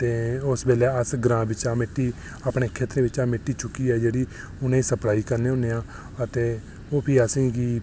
ते उस बेल्लै अस ग्रांऽ बिच्चा मिट्टी अपने खेत्तरें बिच्चा मिट्टी चुक्कियै जेह्ड़ी उ'नें ई सप्लाई करने होन्ने आं ते ओह् प्ही असेंगी